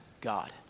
God